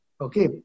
Okay